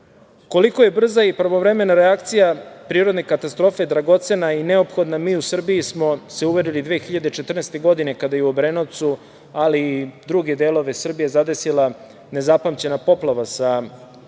Koliko je brza i pravovremena reakcija na prirodne katastrofe dragocena i neophodna, mi u Srbiji smo se uverili 20147. godine kada je u Obrenovcu, ali i druge delove Srbije zadesila nezapamćena poplava sa